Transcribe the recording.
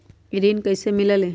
ऋण कईसे मिलल ले?